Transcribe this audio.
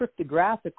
cryptographically